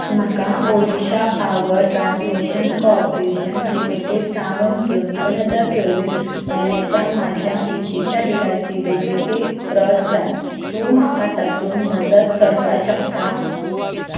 म्हाका Odisha power transmission corporation limited सावन जून दोन हजार चोवीस म्हयन्याच्या म्हज्या विजेच्या बिलाची डुब्लिकेट प्रत जाय तूं म्हाका तातूंत मजत करपाक शकता